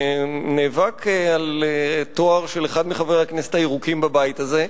ונאבק על תואר של אחד מחברי הכנסת הירוקים בבית הזה.